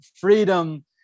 freedom